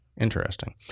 Interesting